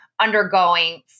undergoing